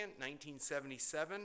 1977